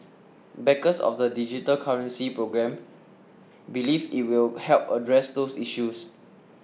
backers of the digital currency programme believe it will help address those issues